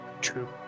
True